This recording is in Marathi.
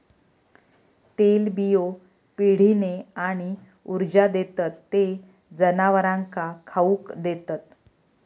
तेलबियो पिढीने आणि ऊर्जा देतत ते जनावरांका खाउक देतत